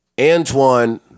Antoine